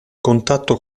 contatto